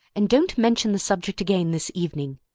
and don't mention the subject again this evening.